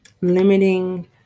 limiting